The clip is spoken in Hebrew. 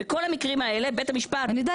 בכל המקרים האלה בית המשפט נהג